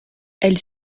elle